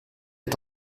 est